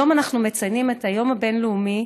היום אנחנו מציינים את היום הבין-לאומי